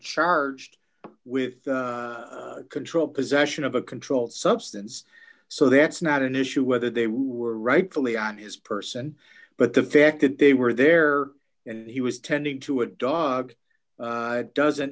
charged with control possession of a controlled substance so that's not an issue whether they were rightfully on his person but the fact that they were there and he was tending to a dog doesn't